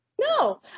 No